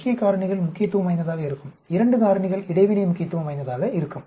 முக்கிய காரணிகள் முக்கியத்துவம் வாய்ந்ததாக இருக்கும் 2 காரணிகள் இடைவினை முக்கியத்துவம் வாய்ந்ததாக இருக்கும்